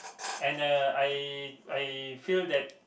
and uh I I feel that